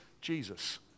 Jesus